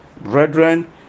Brethren